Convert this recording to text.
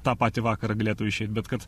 tą patį vakarą galėtų išeit bet kad